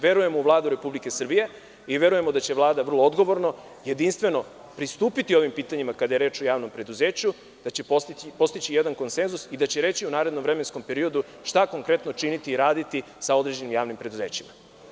Verujem ou Vladu Republike Srbije i verujemo da će Vlada vrlo odgovorno, jedinstveno pristupiti ovim pitanjima kada je reč o javnom preduzeću, da postići jedan konsenzus i da će reći u narednom vremenskom periodu šta konkretno činiti i raditi sa određenim javnim preduzećima.